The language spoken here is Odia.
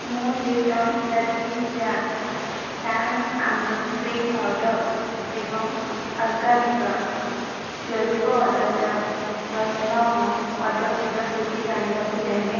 ମୁଁ ଲିପ୍ଟନ ଦାର୍ଜିଲିଂ ଚା' ଟାଙ୍ଗ ଆମ୍ବ ଡ୍ରିଙ୍କ୍ ପାଉଡ଼ର୍ ଏବଂ ଅର୍ଗାନିକା ଜୈବିକ ଅଦା ଚା' ରହିଥିବା ମୋ ଅର୍ଡ଼ର୍ଟିର ସ୍ଥିତି ଜାଣିବାକୁ ଚାହେଁ